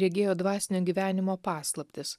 regėjo dvasinio gyvenimo paslaptis